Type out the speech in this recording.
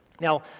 Now